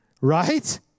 right